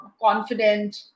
confident